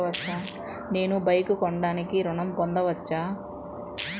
నేను బైక్ కొనటానికి ఋణం పొందవచ్చా?